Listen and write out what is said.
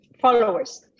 followers